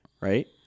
right